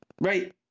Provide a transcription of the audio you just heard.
Right